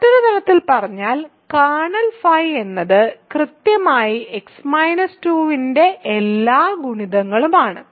മറ്റൊരു തരത്തിൽ പറഞ്ഞാൽ കേർണൽ ϕ എന്നത് കൃത്യമായി x 2 ന്റെ എല്ലാ ഗുണിതങ്ങളും ആണ്